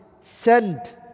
Send